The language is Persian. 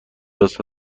است